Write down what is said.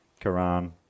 Quran